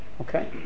Okay